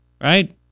right